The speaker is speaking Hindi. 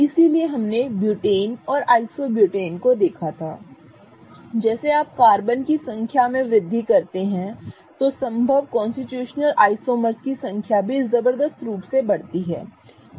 इसलिए हमने ब्यूटेन और आइसोब्यूटेन को देखा था जैसे आप कार्बन की संख्या में वृद्धि करते हैं तो संभव कॉन्स्टिट्यूशनल आइसोमर्स की संख्या भी जबरदस्त रूप से बढ़ती है